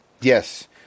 Yes